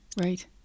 right